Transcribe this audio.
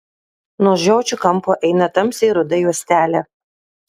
nuo žiočių kampo eina tamsiai ruda juostelė